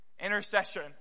intercession